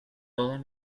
todas